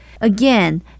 Again